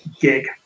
gig